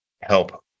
help